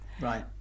Right